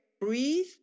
Breathe